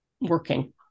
working